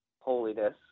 holiness